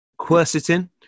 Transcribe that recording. Quercetin